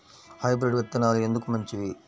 Hybrid విత్తనాలు ఎందుకు మంచివి?